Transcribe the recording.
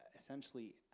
Essentially